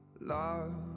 love